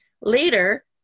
later